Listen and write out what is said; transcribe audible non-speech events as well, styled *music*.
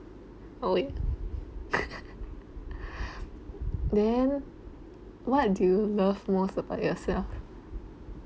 oh ya *laughs* then what do you love most about yourself